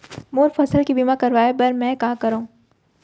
मोर फसल के बीमा करवाये बर में का करंव?